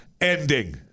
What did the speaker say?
ending